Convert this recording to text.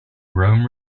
rome